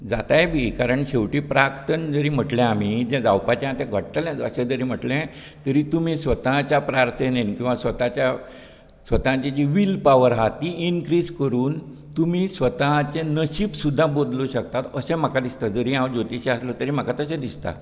जाताय बी कारण शेवटी प्राक्तन जरी म्हटलें आमी जें जावपाचें आसा तें घडटलेंच अशें जरी म्हटलें तरी तुमी स्वताच्या प्रात्येन किंवां स्वताच्या स्वताची जी वील पावर आहा ती इनक्रीज करून तुमी स्वताचें नशिब सुद्दां बदलूंक शकतात अशें म्हाका दिसता जरी हांव ज्योतिशी आसलो तरी म्हाका तशें दिसता